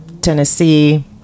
Tennessee